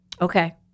okay